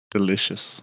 Delicious